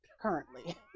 currently